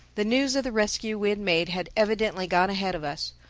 the news of the rescue we had made had evidently gone ahead of us.